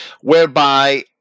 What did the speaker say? whereby